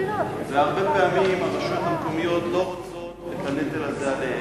והרבה פעמים הרשויות המקומיות לא רוצות את הנטל הזה עליהן,